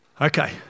okay